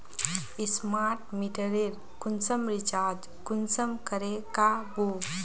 Smart मीटरेर कुंसम recharge कुंसम करे का बो?